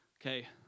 Okay